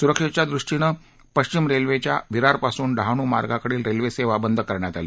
सुरक्षेच्या दृष्टीनं पश्चिम रेल्वेच्या विरार पासून डहाणू मार्गाकडील रेल्वे सेवा बंद करण्यात आली